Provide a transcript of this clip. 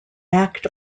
act